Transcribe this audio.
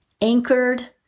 anchored